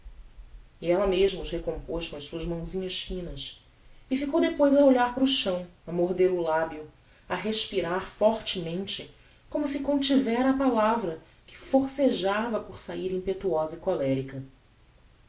e ella mesma os recompoz com as suas mãosinhas finas e ficou depois a olhar para o chão a morder o labio a respirar fortemente como se contivera a palavra que forcejava por sair impetuosa